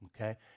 okay